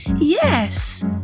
Yes